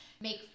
make